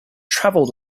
travelled